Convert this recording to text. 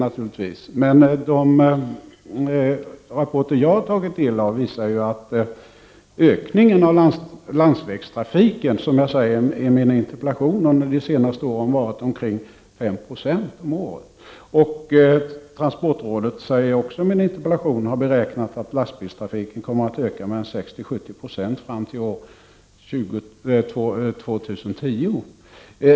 Som framgår av min interpellation visar de rapporter som jag har tagit del av att ökningen av landsvägstrafiken under de senaste åren har varit omkring 5 76 per år, och transportrådet har beräknat att lastbilstrafiken kommer att öka med mellan 60 och 70 96 fram till år 2010.